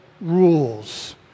rules